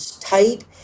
tight